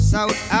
South